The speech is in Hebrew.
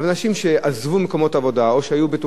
או שהיו בטוחים שיש להם עכשיו מקום עבודה קבוע,